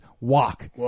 walk